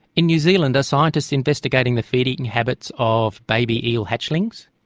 in new zealand are scientists investigating the feeding habits of baby eel hatchlings?